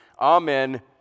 Amen